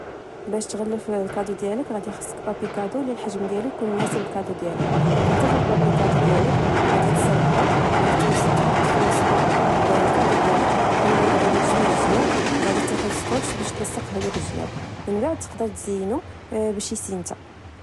باش تغلف الكادو ديالك غادي يخصك كادو اللي الحجم ديالو ويكون مناسب الكادو ديالك غتاخد كادو ديالك غادي تسرحوا غادي تحط في وسط الكادو ديالك من بعد غادي يتجمع الجناب وغادي تاخد السكوتش باش تلصق هدوك الجناب من بعد تقدر تزين باش نتا